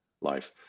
life